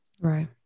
Right